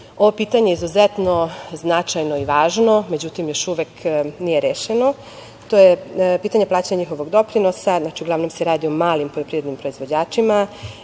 Ovo pitanje je izuzetno značajno i važno, međutim, još uvek nije rešeno. To je pitanje plaćanja njihovih doprinosa. Znači, uglavnom se radi o malim poljoprivrednim proizvođačima.